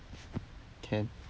can